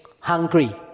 Hungry